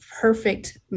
perfect